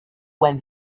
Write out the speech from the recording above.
when